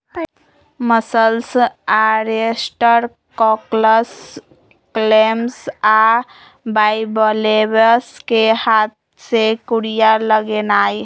mussels, oyster, cockles, clams आ bivalves कें हाथ से कूरिया लगेनाइ